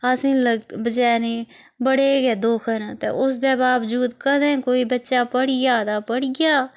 असें लग बचारें बड़े गै दुक्ख न ते उसदे बाबजूद कदैं कोई बच्चा पढ़ी गेआ तां पढ़ी गेआ